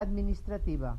administrativa